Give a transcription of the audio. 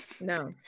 No